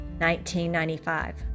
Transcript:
1995